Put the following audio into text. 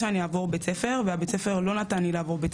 שאני אעבור בית ספר והבית ספר לא נתן לי לעבור אז